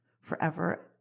forever